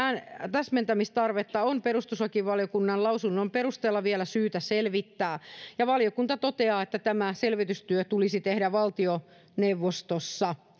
täsmentämistarvetta on perustuslakivaliokunnan lausunnon perusteella vielä syytä selvittää ja valiokunta toteaa että tämä selvitystyö tulisi tehdä valtioneuvostossa